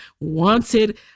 wanted